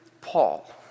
Paul